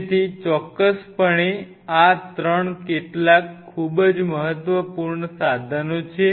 તેથી ચોક્કસપણે આ 3 કેટલાક ખૂબ જ મહત્વપૂર્ણ સાધનો છે